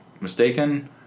mistaken